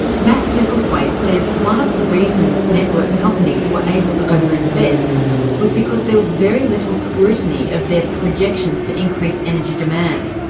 matt thistlethwaite says one of the reasons network companies were able to overinvest was because there was very little scrutiny of their projections for increased energy demand.